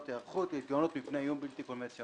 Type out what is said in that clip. היערכות להתגוננות מפני איום בלתי-קונבנציונלי.